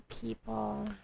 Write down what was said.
people